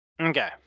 Okay